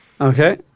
Okay